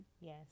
Yes